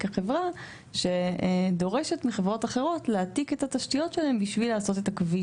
כחברה שדורשת מחברות אחרות להעתיק את התשתיות שלהן כדי לעשות את הכביש,